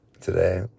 today